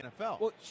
NFL